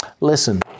listen